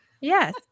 Yes